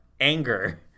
anger